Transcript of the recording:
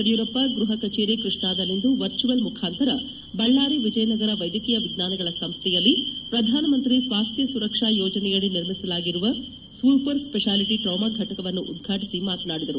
ಯಡಿಯೂರಪ್ಪ ಗೃಹ ಕಚೇರಿ ಕೃಷ್ಣಾದಲ್ಲಿಂದು ವರ್ಚುವಲ್ ಮುಖಾಂತರ ಬಳ್ಳಾರಿ ವಿಜಯನಗರ ವೈದ್ಯಕೀಯ ವಿಜ್ಞಾನಗಳ ಸಂಸ್ಥೆಯಲ್ಲಿ ಪ್ರಧಾನಮಂತ್ರಿ ಸ್ವಾಸ್ಥ್ಯ ಸುರಕ್ಷಾ ಯೋಜನೆಯಡಿ ನಿರ್ಮಿಸಲಾಗಿರುವ ಸೂಪರ್ ಸ್ವೆಷಾಲಿಟಿ ಟ್ರಾಮಾ ಘಟಕವನ್ನು ಉದ್ವಾಟಿಸಿ ಮಾತನಾಡಿದರು